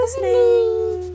listening